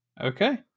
Okay